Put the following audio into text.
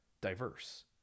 diverse